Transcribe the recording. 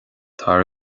tar